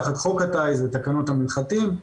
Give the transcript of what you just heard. תחת חוק הטיס ותקנון המנחתים,